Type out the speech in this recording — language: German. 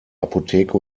apotheke